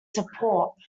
support